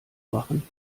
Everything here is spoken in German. machen